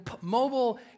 mobile